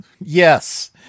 yes